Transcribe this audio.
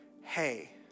hey